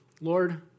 Lord